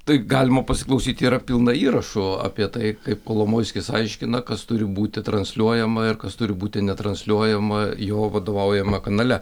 tai galima pasiklausyti yra pilna įrašų apie tai kaip kolomojskis aiškina kas turi būti transliuojama ir kas turi būti netransliuojama jo vadovaujamame kanale